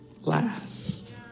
last